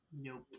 Nope